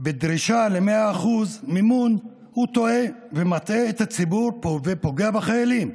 בדרישה ל-100% מימון הוא טועה ומטעה את הציבור פה ופוגע בחיילים.